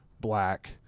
black